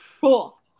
cool